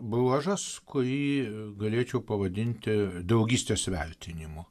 bruožas kurį galėčiau pavadinti draugystės vertinimu